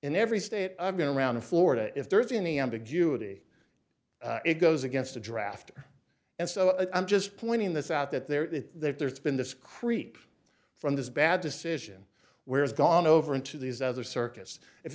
in every state i'm going around florida if there's any ambiguity it goes against a draft and so i'm just pointing this out that there is there's been this creep from this bad decision where it's gone over into these other circus if